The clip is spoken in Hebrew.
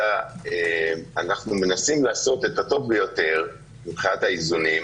כשאנחנו מנסים לעשות את הטוב ביותר מבחינת האיזונים,